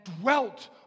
dwelt